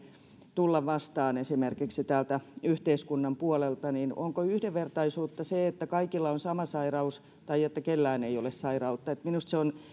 tulla vastaan esimerkiksi täältä yhteiskunnan puolelta onko yhdenvertaisuutta se että kaikilla on sama sairaus tai että kenelläkään ei ole sairautta minusta se on